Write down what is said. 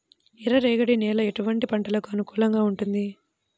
ఎర్ర రేగడి నేల ఎటువంటి పంటలకు అనుకూలంగా ఉంటుంది?